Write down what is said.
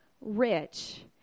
rich